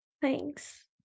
Thanks